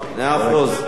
מאה אחוז.